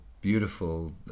beautiful